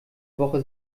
woche